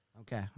Okay